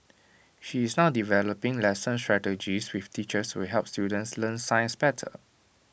she is now developing lesson strategies with teachers to help students learn science better